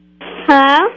hello